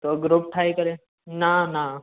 पोइ ग्रुप ठाहे करे न न